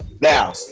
Now